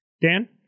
Dan